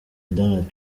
donald